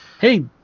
Hey